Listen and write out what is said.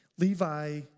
Levi